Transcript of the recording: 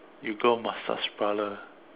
you go massage parlour